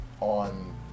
on